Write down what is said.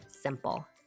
simple